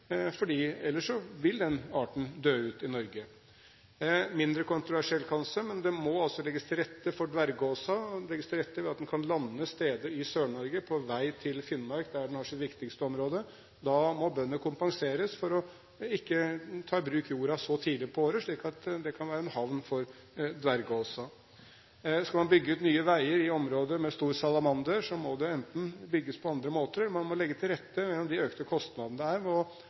ellers vil den arten dø ut i Norge. Mindre kontroversielt er det kanskje at det må legges til rette for dverggåsa for at den kan lande steder i Sør-Norge på vei til Finnmark, der den har sitt viktigste område. Da må bøndene kompenseres for ikke å ta i bruk jorda så tidlig på året, slik at det kan være en havn for dverggåsa. Skal man bygge ut nye veier i områder med stor salamander, må det bygges på andre måter. Man må legge til rette gjennom de økte kostnadene det er